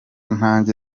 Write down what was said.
nanjye